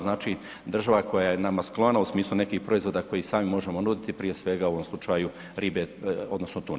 Znači država koja je nama sklona u smislu nekih proizvoda koji i sami možemo nuditi prije svega u ovom slučaju ribe odnosno tune.